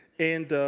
and